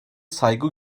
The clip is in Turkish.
saygı